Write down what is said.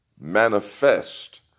manifest